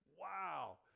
Wow